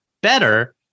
better